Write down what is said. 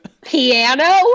Piano